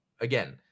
again